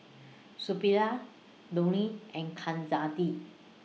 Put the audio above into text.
Suppiah Dhoni and